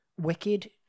Wicked